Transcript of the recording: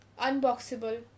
Unboxable